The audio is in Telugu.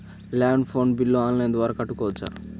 ల్యాండ్ ఫోన్ బిల్ ఆన్లైన్ ద్వారా కట్టుకోవచ్చు?